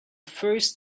first